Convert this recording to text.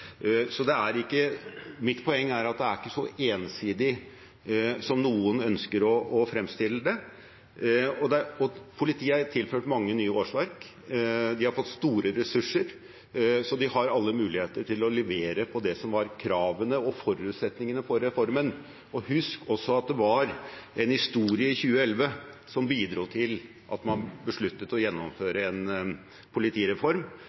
så ensidig som noen ønsker å fremstille det som. Politiet er tilført mange nye årsverk, de har fått store ressurser, så de har alle muligheter til å levere på det som var kravene og forutsetningene for reformen. Husk også at det var en historie i 2011 som bidro til at man besluttet å gjennomføre en politireform.